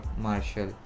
marshall